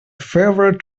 favorite